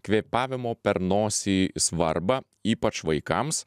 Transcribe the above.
kvėpavimo per nosį svarbą ypač vaikams